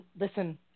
listen